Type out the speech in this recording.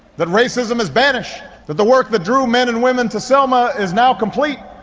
that racism is banished, that the work that drew men and women to selma is now complete,